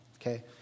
Okay